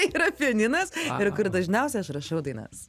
yra pianinas ir kur dažniausiai aš rašau dainas